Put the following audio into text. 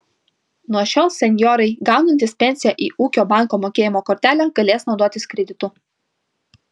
nuo šiol senjorai gaunantys pensiją į ūkio banko mokėjimo kortelę galės naudotis kreditu